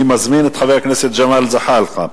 אני מזמין את חבר הכנסת ג'מאל זחאלקה.